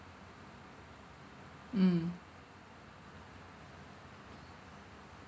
mm